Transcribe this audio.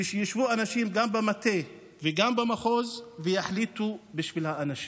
ושישבו אנשים גם במטה וגם במחוז ויחליטו בשביל האנשים.